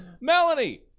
Melanie